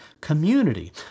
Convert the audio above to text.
community